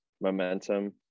momentum